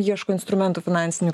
ieško instrumentų finansinių